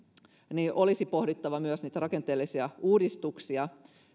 olisi pohdittava myös niitä rakenteellisia uudistuksia